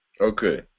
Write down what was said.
Okay